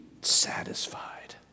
satisfied